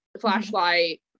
flashlight